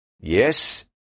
Yes